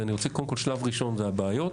שלב ראשון זה הבעיות,